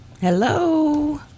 Hello